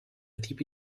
tipi